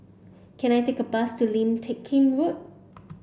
can I take a bus to Lim Teck Kim Road